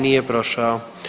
Nije prošao.